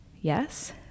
yes